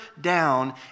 down